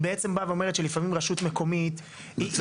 היא בעצם באה ואומרת שלפעמים רשות מקומית --- בצדק.